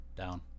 Down